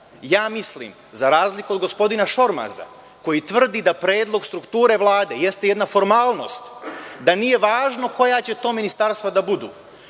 ja mislim, za razliku od gospodina Šormaza, koji tvrdi da predlog strukture Vlade jeste jedna formalnost, da nije važno koja će to ministarstva da budu,